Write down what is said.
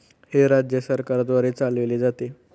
हे राज्य सरकारद्वारे चालविले जाते